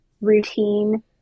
routine